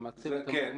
זה נכון